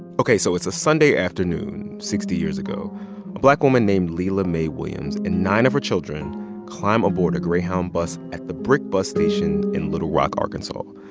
ok, so it's a sunday afternoon sixty years ago. a black woman named lela mae williams and nine of her children climb aboard a greyhound bus at the brick bus station in little rock, ark. and so